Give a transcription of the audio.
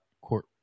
court